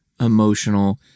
emotional